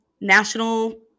national